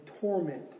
torment